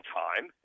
time